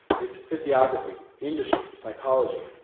its physiography, industry, psychology.